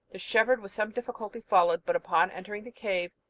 the shepherd with some difficulty followed, but upon entering the cave,